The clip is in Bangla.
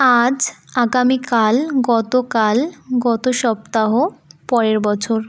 আজ আগামীকাল গতকাল গত সপ্তাহ পরের বছর